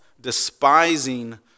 despising